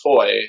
toy